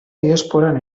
diasporan